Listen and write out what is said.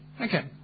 Okay